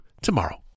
tomorrow